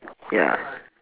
ya